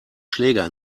schläger